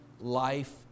life